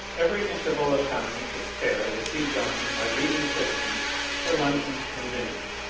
every interval of time he could spare was seized on by leading citizens for luncheons and dinners.